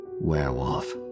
Werewolf